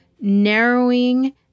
narrowing